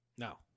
No